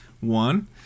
one